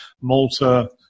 Malta